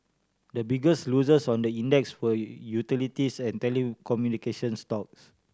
the biggest losers on the index were utilities and telecommunication stocks